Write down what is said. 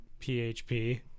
PHP